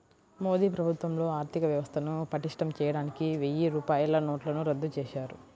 మోదీ ప్రభుత్వంలో ఆర్ధికవ్యవస్థను పటిష్టం చేయడానికి వెయ్యి రూపాయల నోట్లను రద్దు చేశారు